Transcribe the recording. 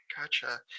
Gotcha